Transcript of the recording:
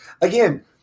again